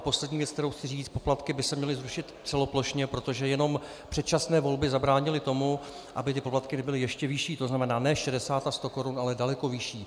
Poslední věc, kterou chci říci: Poplatky by se měly zrušit celoplošně, protože jenom předčasné volby zabránily tomu, aby poplatky nebyly ještě vyšší, to znamená ne 60 a 100 korun, ale daleko vyšší.